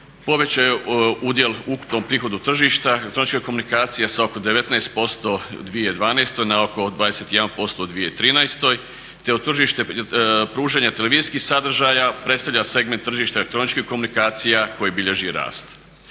povećao je udjel u ukupnom prihodu tržišta elektroničke komunikacije sa oko 19% u 2012. na oko 21% u 2013. te u tržište pružanja televizijskih sadržaja predstavlja segment tržišta elektroničkih komunikacija koji bilježi rast.